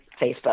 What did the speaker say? Facebook